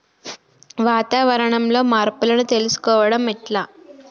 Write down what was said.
వాతావరణంలో మార్పులను తెలుసుకోవడం ఎట్ల?